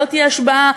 לא תהיה השבעה,